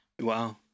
wow